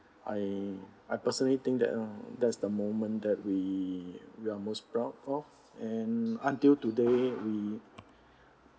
I I personally think that uh that's the moment that we we are most proud of and until today we